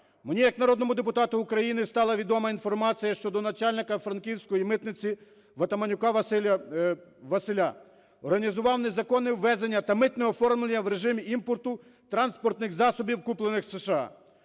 Мені як народному депутату України стала відома інформація щодо начальника Франківської митниці Ватаманюка Василя – організував незаконне ввезення та митне оформлення в режимі імпорту транспортних засобів, куплених в США.